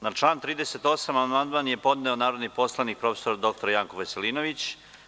Na član 38. amandman je podneo narodni poslanik prof. dr Janko Veselinović.